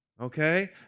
okay